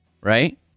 right